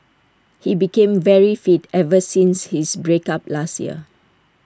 he became very fit ever since his break up last year